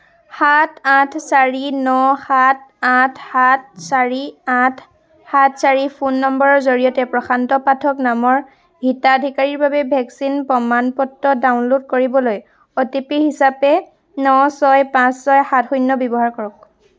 সাত আঠ চাৰি ন সাত আঠ সাত চাৰি আঠ সাত চাৰি ফোন নম্বৰৰ জৰিয়তে প্ৰশান্ত পাঠক নামৰ হিতাধিকাৰীৰ বাবে ভেকচিন প্ৰমাণ পত্ৰ ডাউনলোড কৰিবলৈ অ'টিপি হিচাপে ন ছয় পাঁচ ছয় সাত শূণ্য ব্যৱহাৰ কৰক